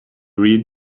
read